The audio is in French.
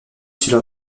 sur